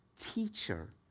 teacher